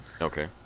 Okay